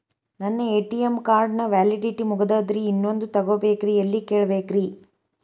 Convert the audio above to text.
ನನ್ನ ATM card ನ validity ಮುಗದದ್ರಿ ಇನ್ನೊಂದು ತೊಗೊಬೇಕ್ರಿ ಎಲ್ಲಿ ಕೇಳಬೇಕ್ರಿ?